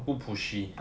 不 pushy